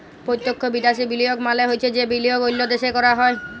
পত্যক্ষ বিদ্যাশি বিলিয়গ মালে হছে যে বিলিয়গ অল্য দ্যাশে ক্যরা হ্যয়